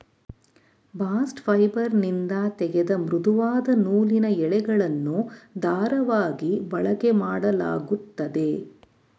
bast ಫೈಬರ್ನಿಂದ ತೆಗೆದ ಮೃದುವಾದ ನೂಲಿನ ಎಳೆಗಳನ್ನು ದಾರವಾಗಿ ಬಳಕೆಮಾಡಲಾಗುತ್ತದೆ